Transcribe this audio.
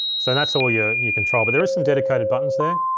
so and that's all your your control, but there is some dedicated buttons there.